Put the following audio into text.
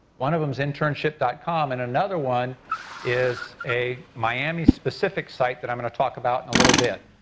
one of them is internship dot com and another one is a miami specific site that i'm gonna talk about in a little bit.